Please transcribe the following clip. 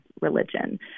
religion